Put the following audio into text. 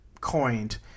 coined